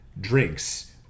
drinks